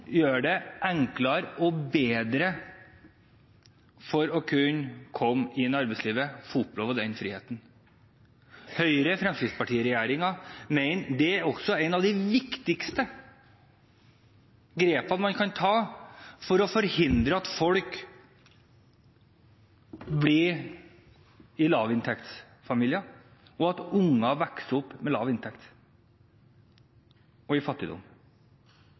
gjør det enklere og bedre å komme inn i arbeidslivet og oppleve den friheten. Høyre–Fremskrittsparti-regjeringen mener det er et av de viktigste grepene man kan ta for å forhindre at familier blir lavinntektsfamilier, og at unger vokser opp med lav inntekt og i fattigdom.